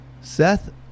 seth